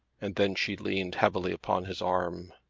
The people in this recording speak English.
and then she leaned heavily upon his arm.